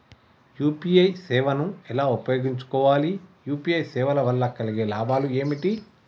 UPI సేవను ఎలా ఉపయోగించు కోవాలి? యూ.పీ.ఐ సేవల వల్ల కలిగే లాభాలు ఏమిటి?